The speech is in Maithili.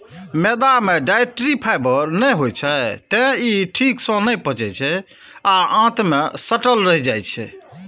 मैदा मे डाइट्री फाइबर नै होइ छै, तें ई ठीक सं नै पचै छै आ आंत मे सटल रहि जाइ छै